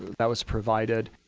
that was provided.